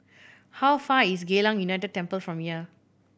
how far away is Geylang United Temple from here